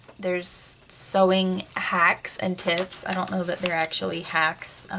there's sewing hacks and tips. i don't know that they're actually hacks,